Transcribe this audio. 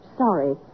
sorry